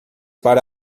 para